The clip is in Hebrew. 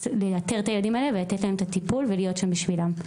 לייתר את הילדים האלה ולתת להם את הטיפול ולהיות שם בשבילם.